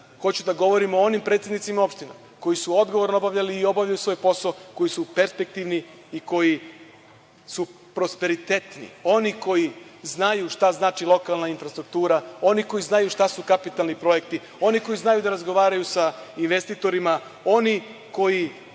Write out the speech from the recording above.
hoću da govorim o onim predsednicima opština koji su odgovorno obavljali i obavljaju svoj posao, koji su perspektivni i koji su prosperitetni, oni koji znaju šta znači lokalna infrastruktura, oni koji znaju šta su kapitalni projekti, oni koji znaju da razgovaraju sa investitorima, oni koji